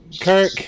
kirk